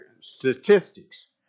statistics